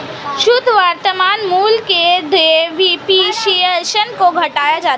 शुद्ध वर्तमान मूल्य में डेप्रिसिएशन को घटाया जाता है